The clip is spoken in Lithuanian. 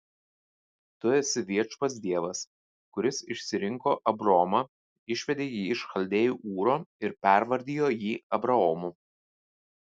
tu esi viešpats dievas kuris išsirinko abromą išvedė jį iš chaldėjų ūro ir pervardijo jį abraomu